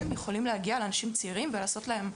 יכולים להגיע לאנשים צעירים ולעשות להם,